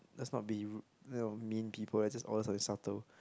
let's not be ru~ mean people let's just order something subtle